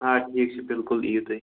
آ ٹھیٖک چھِ بِلکُل یِیِو تُہۍ